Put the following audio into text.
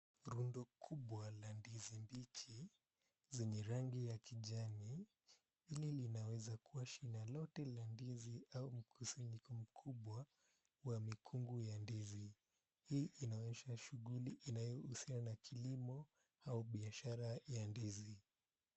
Rundo kubwa la ndizi mbichi zenye rangi ya kijani, hili linaweza kuwa shina lote la ndizi au mkusanyiko mkubwa wa mikungu ya ndizi. Hii inaonyesha shughuli inayohusiana na kilimo au biashara ya ndizi.